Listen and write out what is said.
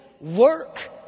work